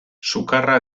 sukarra